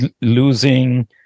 losing